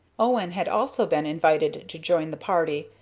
owen had also been invited to join the party,